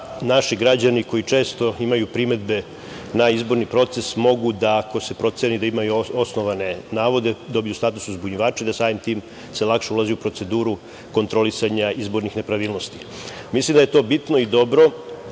naši građani koji često imaju primedbe na izborni proces mogu da ako se proceni da imaju osnovane navode, dobiju status uzbunjivača i da se samim tim lakše ulazi u proceduru kontrolisanja izbornih nepravilnosti. Mislim da je to bitno i dobro.